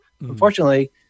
Unfortunately